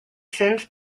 since